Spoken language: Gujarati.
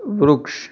વૃક્ષ